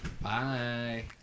Bye